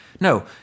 No